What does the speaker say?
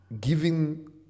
giving